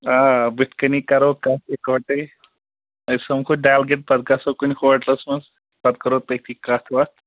آ بُتھِ کٔنی کَرو کَتھ اِکوٹے أسۍ سَمکھو ڈل گیٹ پَتہٕ گژھو کُنہِ ہوٹلَس منٛز پَتہٕ کَرو تٔتھی کَتھ وَتھ